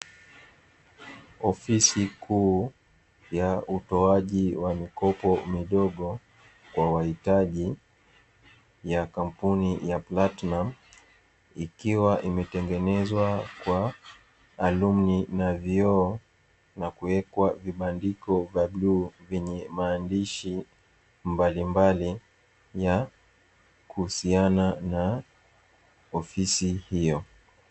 Ofisi kuu ya utoaji wa mikopo midogo kwa wahitaji ya kampuni platinamu ikiwa imetengenezwa kwa alumini na vioo, na kuwekwa vibandiko vya bluu vyenye maandishi mbalimbali kuhusiana na ofisi hiyo.